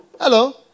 Hello